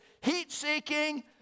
heat-seeking